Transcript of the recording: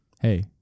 Hey